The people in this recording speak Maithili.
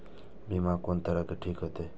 बीमा कोन तरह के ठीक होते?